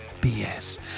BS